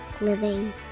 living